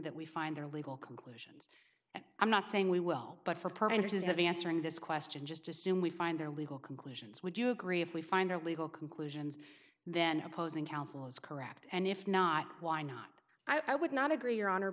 that we find their legal conclusion and i'm not saying we will but for purposes of answering this question just assume we find their legal conclusions would you agree if we find a legal conclusions then opposing counsel is correct and if not why not i would not agree your hon